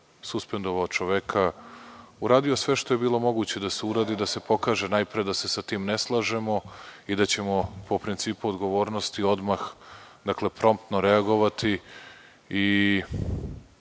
suspendovao čoveka, uradio sve što je bilo moguće da se uradi, da se pokaže, najpre da se sa tim ne slažemo i da ćemo po principu odgovornosti odmah promptno reagovati i